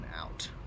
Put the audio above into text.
out